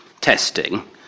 Testing